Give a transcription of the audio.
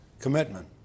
commitment